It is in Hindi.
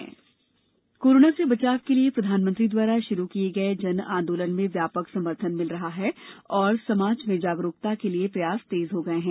जन आंदोलन कोरोना से बचाव के लिए प्रधानमंत्री द्वारा शुरू किये गये जन आंदोलन को व्यापक समर्थन मिल रहा है और समाज में जागरूकता के लिए प्रयास तेज हो गये है